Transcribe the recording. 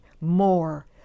more